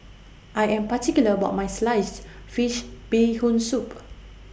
I Am particular about My Sliced Fish Bee Hoon Soup